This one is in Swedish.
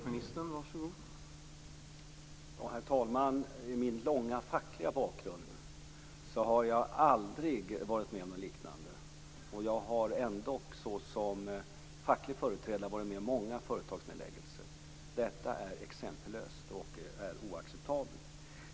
Herr talman! Med min långa fackliga bakgrund har jag aldrig varit med om något liknande. Jag har ändå såsom facklig företrädare varit med om många företagsnedläggelser. Detta är exempellöst och oacceptabelt.